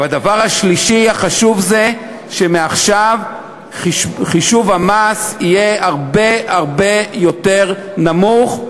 והדבר השלישי החשוב זה שמעכשיו חישוב המס יהיה הרבה הרבה יותר נמוך.